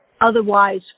otherwise